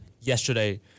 yesterday